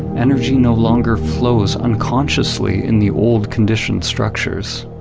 energy no longer flows unconsciously in the old conditioned structures,